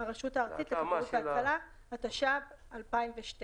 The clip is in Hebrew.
הרשות הארצית לכבאות והצלה, התשע"ב 2012,"